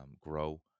grow